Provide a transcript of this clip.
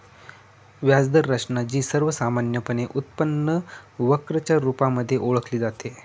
व्याज दर रचना, जी सर्वसामान्यपणे उत्पन्न वक्र च्या रुपामध्ये ओळखली जाते